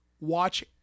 watch